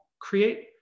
create